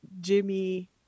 Jimmy